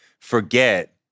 forget